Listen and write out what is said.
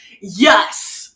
yes